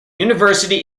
university